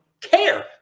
care